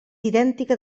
idèntica